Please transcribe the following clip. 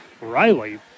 Riley